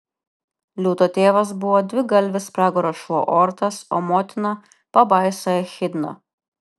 liūto tėvas buvo dvigalvis pragaro šuo ortas o motina pabaisa echidna